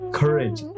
courage